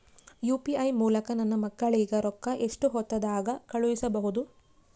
UPI ಮೂಲಕ ನನ್ನ ಮಕ್ಕಳಿಗ ರೊಕ್ಕ ಎಷ್ಟ ಹೊತ್ತದಾಗ ಕಳಸಬಹುದು?